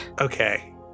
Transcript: Okay